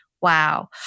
Wow